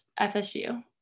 FSU